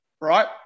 Right